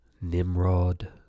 Nimrod